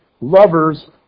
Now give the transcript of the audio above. lovers